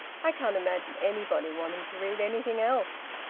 i can't imagine anybody wanting to read anything else.